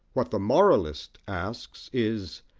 what the moralist asks is,